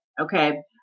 Okay